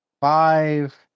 five